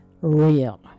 Real